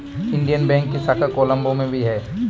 Indian Bank की शाखा कोलम्बो में भी है